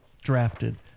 drafted